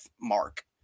mark